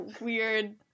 weird